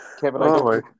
Kevin